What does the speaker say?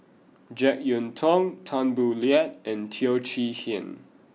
Jek Yeun Thong Tan Boo Liat and Teo Chee Hean